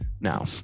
Now